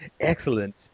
excellent